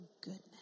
goodness